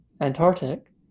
Antarctic